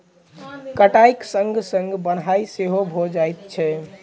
कटाइक संग संग बन्हाइ सेहो भ जाइत छै